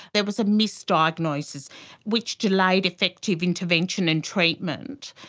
there was a misdiagnosis which delayed effective intervention and treatment.